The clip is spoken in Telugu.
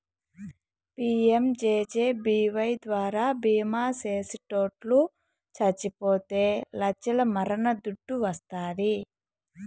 పి.యం.జే.జే.బీ.వై ద్వారా బీమా చేసిటోట్లు సచ్చిపోతే లచ్చల మరణ దుడ్డు వస్తాది